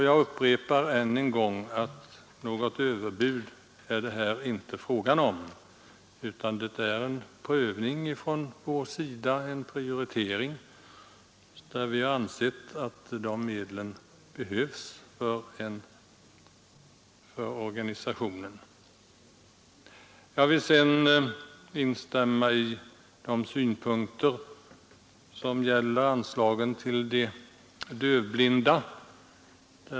Jag upprepar än en gång att det inte är fråga om något överbud utan om en prioritering från vårt håll, där vi har ansett att dessa medel behövs för organisationsarbetet. Jag vill vidare instämma i de synpunkter som anförts när det gäller anslagen till de dövblinda.